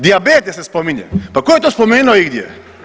Dijabetes se spominje, pa ko je to spomenuo igdje?